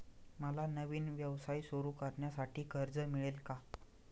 मला नवीन व्यवसाय सुरू करण्यासाठी कर्ज मिळेल का?